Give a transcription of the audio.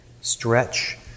stretch